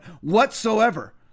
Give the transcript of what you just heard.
whatsoever